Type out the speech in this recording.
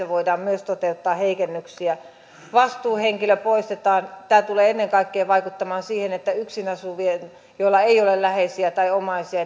voidaan toteuttaa heikennyksiä vastuuhenkilö poistetaan tämä tulee ennen kaikkea vaikuttamaan siihen että yksin asuvien joilla ei ole läheisiä tai omaisia